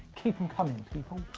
keep them coming people.